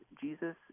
Jesus